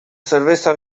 cerveza